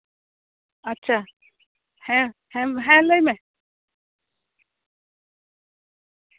ᱟᱪᱪᱷᱟ ᱦᱮᱸ ᱦᱮᱸ ᱞᱟᱹᱭ ᱢᱮ